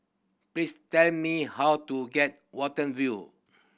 please tell me how to get Watten View